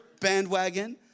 bandwagon